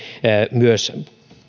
myös